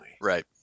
Right